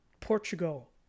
portugal